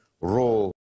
role